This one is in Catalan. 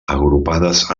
agrupades